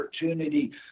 opportunity